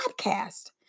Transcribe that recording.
podcast